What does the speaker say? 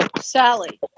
Sally